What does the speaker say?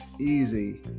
easy